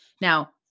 Now